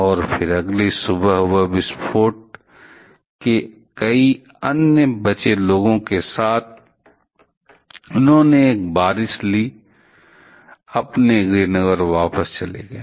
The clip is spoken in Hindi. और फिर अगली सुबह उस विस्फोट के कई अन्य बचे लोगों के साथ उन्होंने एक बारिश ली और अपने गृहनगर वापस चले गए